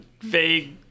vague